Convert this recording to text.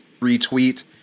retweet